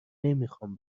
نمیخوام